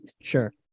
Sure